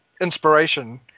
inspiration